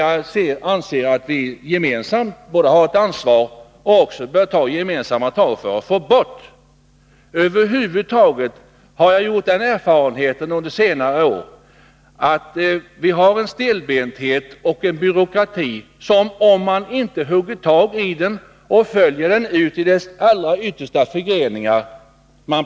Jag anser i stället att vi gemensamt borde ta ett ansvar och med gemensamma krafter göra något i detta sammanhang. Över huvud taget har jag under senare år gjort den erfarenheten att vi måste ta itu med den stelbenthet och byråkrati som finns — det gäller att nå ut till de allra yttersta förgreningarna.